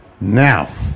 Now